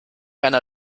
einer